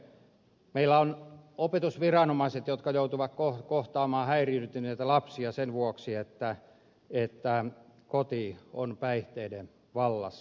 meillä on opetusviranomaiset jotka joutuvat kohtaamaan häiriintyneitä lapsia sen vuoksi että koti on päihteiden vallassa